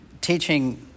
teaching